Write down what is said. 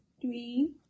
three